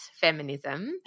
feminism